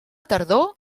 tardor